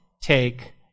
take